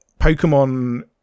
Pokemon